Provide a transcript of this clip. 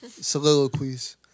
Soliloquies